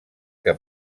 que